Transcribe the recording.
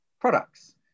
products